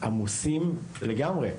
עמוסים ומותשים לגמרי.